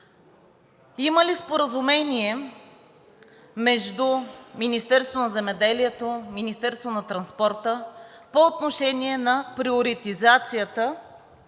Има ли споразумение между Министерството на земеделието, Министерството на транспорта по отношение на приоритизацията